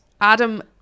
Adam